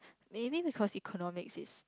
maybe because economics is